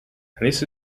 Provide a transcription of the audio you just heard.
this